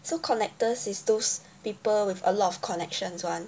so connectors is those people with a lot of connections one